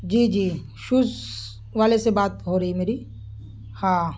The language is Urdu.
جی جی شوز والے سے بات ہو رہی میری ہاں